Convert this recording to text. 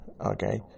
Okay